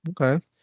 okay